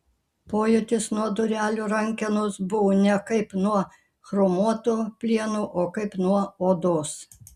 pojūtis nuo durelių rankenos buvo ne kaip nuo chromuoto plieno o kaip nuo odos